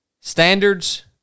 standards